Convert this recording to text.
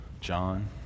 John